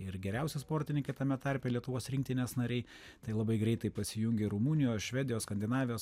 ir geriausi sportininkai tame tarpe lietuvos rinktinės nariai tai labai greitai pasijungė rumunijos švedijos skandinavijos